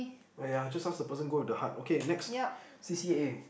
!aiya! just ask the person go to the heart okay next C_C_A